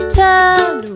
turn